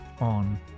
on